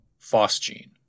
phosgene